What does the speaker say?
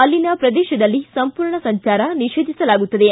ಅಲ್ಲಿನ ಪ್ರದೇಶದಲ್ಲಿ ಸಂಪೂರ್ಣ ಸಂಜಾರ ನಿಷೇಧಿಸಲಾಗುತ್ತದೆ